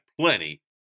plenty